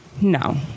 No